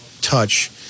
touch